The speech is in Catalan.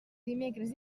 dimecres